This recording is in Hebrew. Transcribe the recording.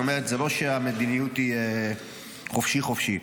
זאת אומרת, זה לא שהמדיניות היא חופשי חופשי.